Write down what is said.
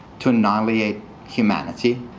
to annihilate humanity.